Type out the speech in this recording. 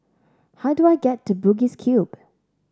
how do I get to Bugis Cube